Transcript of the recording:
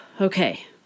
Okay